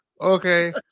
okay